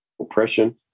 oppression